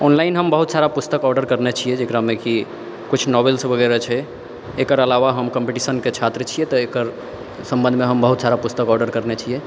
online हम बहुत सारा पुस्तक ऑडर करने छियै जकरामे कुछ नोवेल्स वगरह छै एकर अलावा हम कम्पीटीशनके छात्र छियै तऽ एकर सम्बन्धमे हम बहुत सारा पुस्तक ऑडर करने छियै